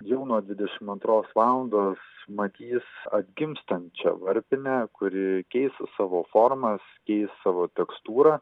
jau nuo dvidešim antros valandos matys atgimstančią varpinę kuri keis savo formas keis savo tekstūrą